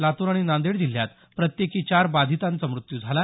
लातूर आणि नांदेड जिल्ह्यात प्रत्येकी चार बाधितांचा मृत्यू झाला